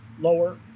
lower